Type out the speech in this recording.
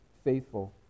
Faithful